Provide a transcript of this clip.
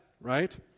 right